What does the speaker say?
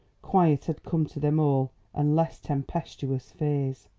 quiet had come to them all and less tempestuous fears.